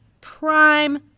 prime